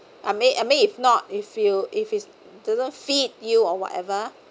I mean I mean if not if you if it doesn't fit you or whatever